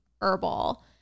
herbal